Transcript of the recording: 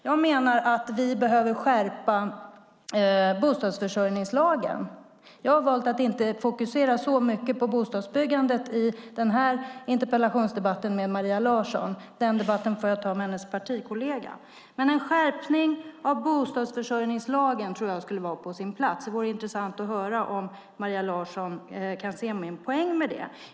Jag menar att vi behöver skärpa bostadsförsörjningslagen. Jag har valt att inte fokusera så mycket på bostadsbyggandet i denna interpellationsdebatt med Maria Larsson. Den debatten får jag ta med hennes partikollega. Men en skärpning av bostadsförsörjningslagen tror jag skulle vara på sin plats. Det vore intressant att höra om Maria Larsson kan se min poäng med det.